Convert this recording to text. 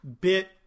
bit